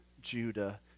judah